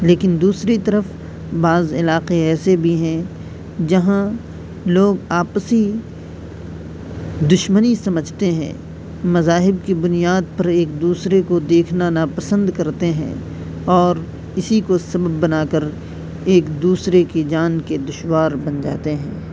لیکن دوسری طرف بعض علاقے ایسے بھی ہیں جہاں لوگ آپسی دشمنی سمجھتے ہیں مذاہب کی بنیاد پر ایک دوسرے کو دیکھنا ناپسند کرتے ہیں اور اسی کو سبب بنا کر ایک دوسرے کی جان کے دشوار بن جاتے ہیں